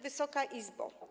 Wysoka Izbo!